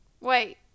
wait